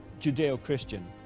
Judeo-Christian